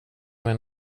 mig